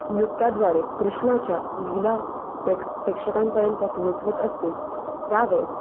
नृत्याद्वारे कृष्णाच्या लीला प्रेक प्रेक्षकांपर्यंत पोहोचवत असतील त्यावेळेस